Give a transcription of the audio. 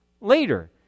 later